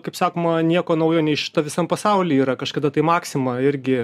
kaip sakoma nieko naujo neišrasta visam pasaulyje yra kažkada tai maxima irgi